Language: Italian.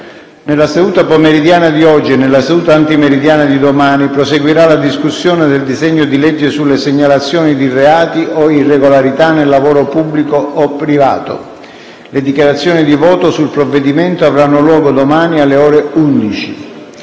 Nella seduta pomeridiana di oggi e nella seduta antimeridiana di domani proseguirà la discussione del disegno di legge sulle segnalazioni di reati o irregolarità nel lavoro pubblico o privato. Le dichiarazioni di voto sul provvedimento avranno luogo domani alle ore 11.